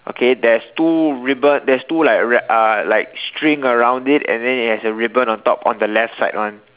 okay there's two ribbon there's two like ra~ uh like string around it and then it has a ribbon on top on the left side one